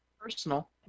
Personal